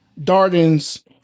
Darden's